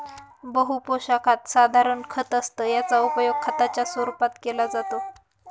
बहु पोशाखात साधारण खत असतं याचा उपयोग खताच्या रूपात केला जातो